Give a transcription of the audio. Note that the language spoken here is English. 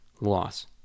loss